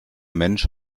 mensch